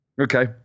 Okay